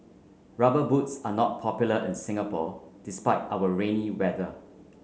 rubber boots are not popular in Singapore despite our rainy weather